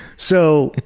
so,